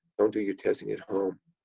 don't do your testing at home.